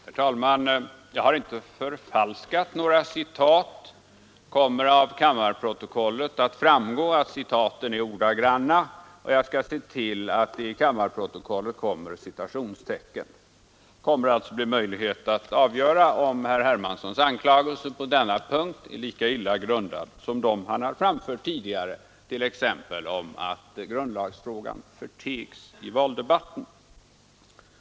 Herr talman! Jag har inte förfalskat några citat. Det kommer av kammarprotokollet att framgå att citaten är ordagranna, och jag skall se till att citationstecken sätts ut i kammarprotokollet. Det kommer att bli möjligt att avgöra om herr Hermanssons anklagelse på denna punkt är lika illa grundad som dem han framfört tidigare, t.ex. att grundlagsfrågan förtegs i valdebatten.